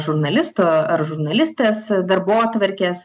žurnalisto ar žurnalistės darbotvarkės